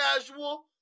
casual